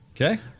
Okay